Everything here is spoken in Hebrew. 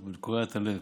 זה קורע את הלב.